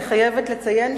אני חייבת לציין,